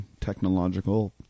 technological